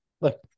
look